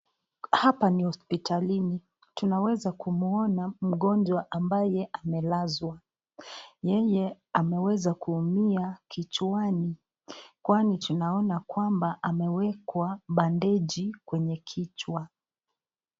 Hapa ni hospitalini tunaweza kumwona mgonjwa ambaye amelazwa, yeye ameweza kuumia kichwani kwani tunaona kwamba amewekwa bandeji kwenye kichwa.